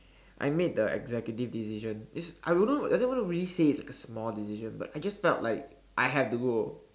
I made the executive decision it's I wouldn't I wouldn't really say it's like a small decision but I just felt like I have to go